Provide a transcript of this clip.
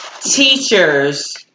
teachers